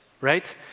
right